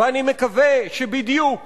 ואני מקווה שבדיוק